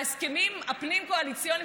בהסכמים הפנים-קואליציוניים,